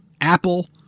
Apple